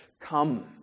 Come